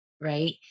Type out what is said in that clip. right